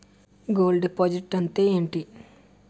Gold deposit అంతే ఎంటి?